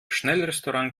schnellrestaurant